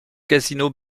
casino